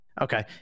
okay